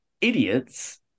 Idiots